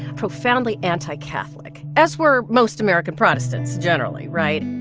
profoundly anti-catholic, as were most american protestants generally, right?